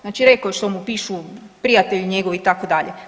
Znači rekao je što mu pišu prijatelji njegovi itd.